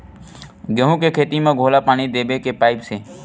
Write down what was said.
गेहूं के खेती म घोला पानी देबो के पाइप से?